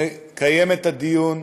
לקיים את הדיון,